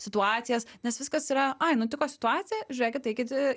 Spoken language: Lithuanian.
situacijas nes viskas yra ai nutiko situacija žiūrėkit eikit į